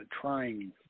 trying